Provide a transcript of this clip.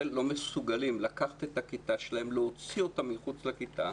לא מסוגלים לקחת את הכיתה שלהם ולהוציא אותה מחוץ לכיתה,